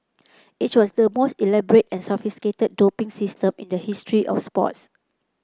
it was the most elaborate and sophisticated doping system in the history of sports